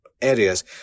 areas